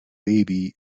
baby